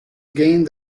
gained